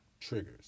triggers